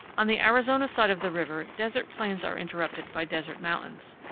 on the arizona side of the river desert plains are interrupted by desert mountains.